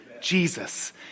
Jesus